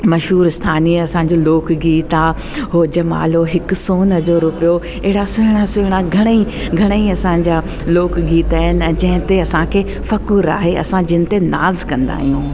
मशहूरु स्थानीय असांजो लोक गीत आहे हो जमालो हिकु सोन जो रुपियो अहिड़ा सुहिणा सुहिणा घणई घणेई असांजा लोक गीत आहिनि जंहिं ते असांखे फ़ख़्रु आहे असां जिन ते नाज़ कंदा आहियूं